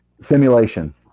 simulation